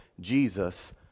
Jesus